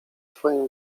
twoim